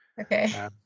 Okay